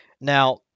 Now